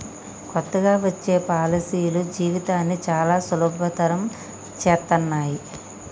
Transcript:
కొత్తగా వచ్చే పాలసీలు జీవితాన్ని చానా సులభతరం చేత్తన్నయి